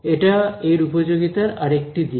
এটা এর উপযোগিতার আরেকটি দিক